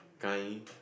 kind